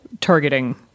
targeting